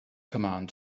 command